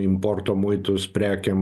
importo muitus prekėm